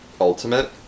ultimate